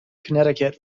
connecticut